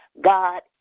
God